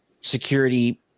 security